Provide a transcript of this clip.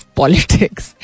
politics